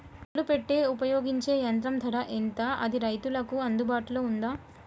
ఒడ్లు పెట్టే ఉపయోగించే యంత్రం ధర ఎంత అది రైతులకు అందుబాటులో ఉందా?